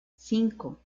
cinco